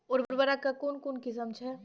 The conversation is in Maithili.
उर्वरक कऽ कून कून किस्म छै?